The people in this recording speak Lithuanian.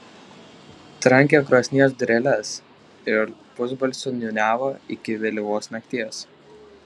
trankė krosnies dureles ir pusbalsiu niūniavo iki vėlyvos nakties